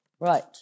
Right